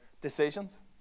decisions